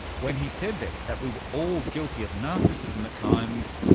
when he said there that we were all guilty of narcissism at times,